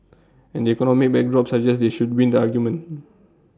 and the economic backdrop suggests they should win the argument